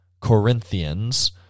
Corinthians